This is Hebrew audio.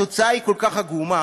התוצאה היא כל כך עגומה.